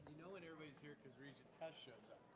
know when everybody's here cause regent tuss shows up.